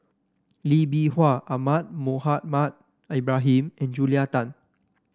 Lee Bee Wah Ahmad Mohamed Ibrahim and Julia Tan